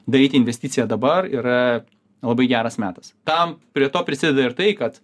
daryti investiciją dabar yra labai geras metas tam prie to prisideda ir tai kad